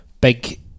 big